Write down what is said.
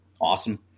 Awesome